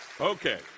okay